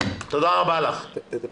רבה לך.